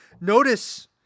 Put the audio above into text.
Notice